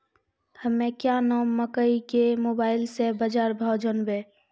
हमें क्या नाम मकई के मोबाइल से बाजार भाव जनवे?